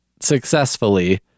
successfully